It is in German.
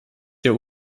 der